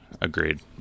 Agreed